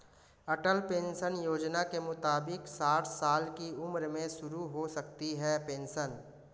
अटल pension Yojana के मुताबिक साठ साल की उम्र में शुरू हो सकती है पेंशन